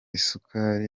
isukari